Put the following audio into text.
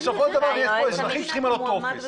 בסופו של דבר יש פה אזרחים שצריכים למלא טופס.